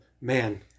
man